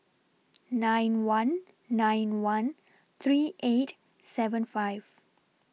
nine one nine one three eight seven five